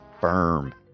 firm